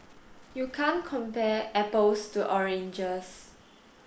you can't compare apples to oranges